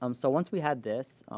um so once we had this,